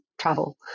travel